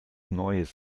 neues